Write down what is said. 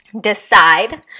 Decide